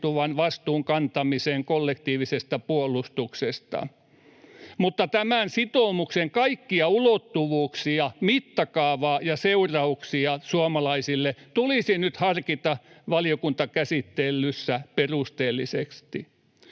vastuunkantamiseen kollektiivisesta puolustuksesta, mutta tämän sitoumuksen kaikkia ulottuvuuksia, mittakaavaa ja seurauksia suomalaisille tulisi nyt harkita valiokuntakäsittelyssä perusteellisesti.